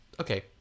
Okay